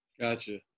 Gotcha